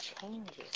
changes